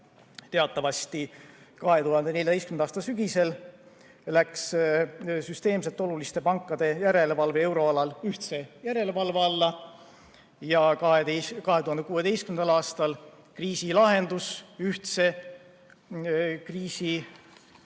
Teatavasti 2014. aasta sügisel läks süsteemselt oluliste pankade järelevalve euroalal ühtse järelevalve alla ja 2016. aastal kriisilahendus ühtse kriisilahenduse